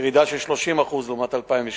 ירידה של 30% לעומת 2008,